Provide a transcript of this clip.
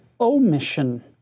omission